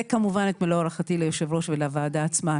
וכמובן את מלוא הערכתי ליושב-ראש ולוועדה עצמה.